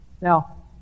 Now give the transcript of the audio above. now